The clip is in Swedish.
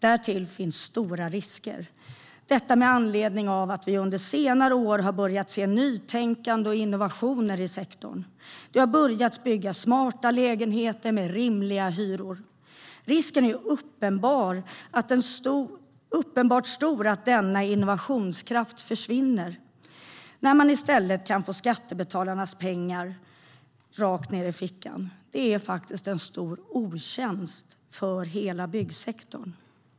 Därtill finns stora risker, detta med anledning av att vi under senare år har börjat se nytänkande och innovationer i sektorn. Det har börjat byggas smarta lägenheter med rimliga hyror. Risken är uppenbart stor att denna innovationskraft försvinner när man i stället kan få skattebetalarnas pengar rakt ned i fickan. Det är faktiskt en stor otjänst gentemot hela byggsektorn.